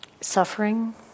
suffering